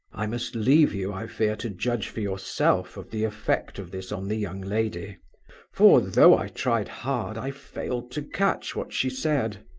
i must leave you, i fear, to judge for yourself of the effect of this on the young lady for, though i tried hard, i failed to catch what she said.